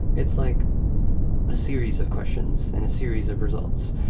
it's like a series of questions and a series of results.